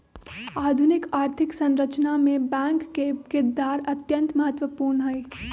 आधुनिक आर्थिक संरचना मे बैंक के किरदार अत्यंत महत्वपूर्ण हई